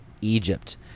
Egypt